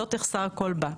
לא תחסר כל בה.